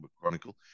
Chronicle